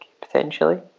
potentially